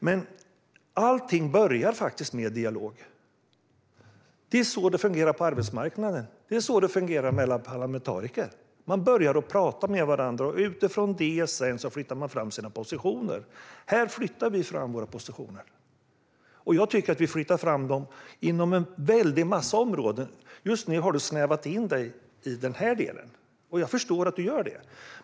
Men allt börjar faktiskt med dialog. Det är så det fungerar både på arbetsmarknaden och mellan parlamentariker. Man börjar med att tala med varandra, och utifrån detta flyttar man sedan fram sina positioner. Här flyttar vi fram våra positioner, och jag tycker att vi gör det på en väldig massa områden. Du har nu snävat in dig till denna del, och jag förstår att du gör det.